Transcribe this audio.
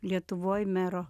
lietuvoj mero